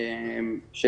בגדול,